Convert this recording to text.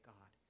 God